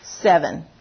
seven